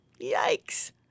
Yikes